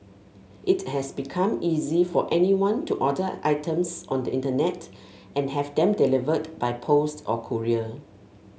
it has become easy for anyone to order items on the Internet and have them delivered by post or courier